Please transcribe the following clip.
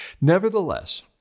Nevertheless